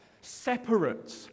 separate